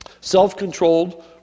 self-controlled